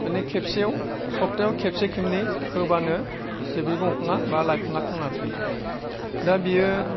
माने खेबसेयाव सप्तायाव खेबसे खेबनै होबानो जे बे दंफाङा बा लाइफाङा थांना थायो दा बेयो